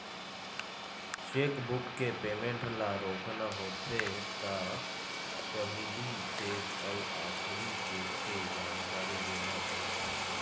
chequebook के payment ल रोकना होथे त पहिली चेक अउ आखरी चेक के जानकारी देना परथे